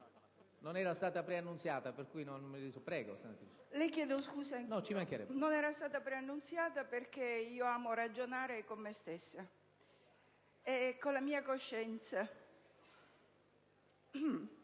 Non ero stata preannunziata perché io amo ragionare con me stessa e con la mia coscienza.